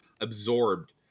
absorbed